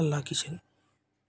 Palla Kishan